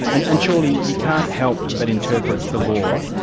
and and surely you can't help but interpret the law,